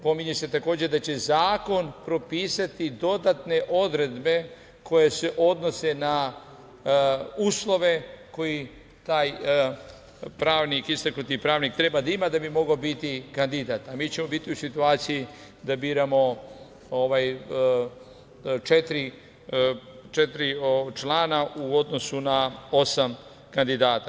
Pominje se takođe, da će zakon propisati dodatne odredbe koje se odnose na uslove koji taj istaknuti pravnik treba da ima da bi mogao biti kandidat, a mi ćemo biti u situaciji da biramo četiri člana u odnosu na osam kandidata.